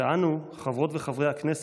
ואנו, חברות וחברי הכנסת,